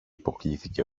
υποκλίθηκε